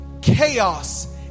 chaos